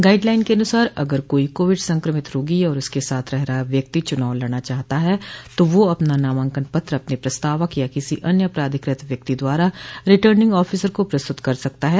guide line के अनुसार अगर कोई कोविड संक्रमित रोगी या उसके साथ रह रहा व्यक्ति चुनाव लड़ना चाहता है तो वह अपना नामांकन पत्र अपने प्रस्तावक या किसी अन्य प्राधिकृत व्यक्ति द्वारा रिटर्निंग आफिसर को प्रस्तुत कर सकता है